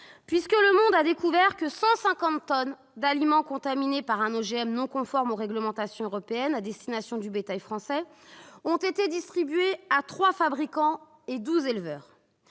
puisque a découvert que 150 tonnes d'aliments contaminés par un OGM non conforme aux réglementations européennes à destination du bétail français ont été distribuées à trois fabricants et douze éleveurs.